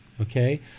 okay